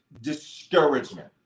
discouragement